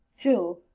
jill.